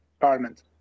Parliament